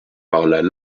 traversée